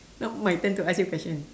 now my turn to ask you question